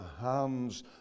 hands